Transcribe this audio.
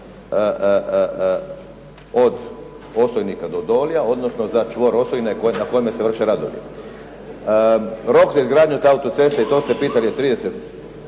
od Osojnika do Dolja, odnosno za čvor Osojne na kojemu se vrše radovi. Rok za izgradnju te auto-ceste, i to ste pitali, je 30